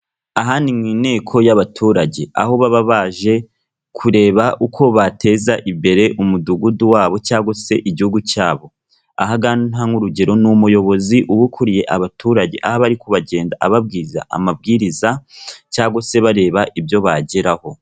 Aha ni mu inteko y'abaturage, aho baba baje kureba uko bateza imbere umudugudu wabo cyangwa se igihugu cyabo, aha ngaha ntange urugero, ni umuyobozi uba ukuriye abaturage, aho aba ari kugenda ababwira amabwiriza cyangwa se bareba ibyo bageraho.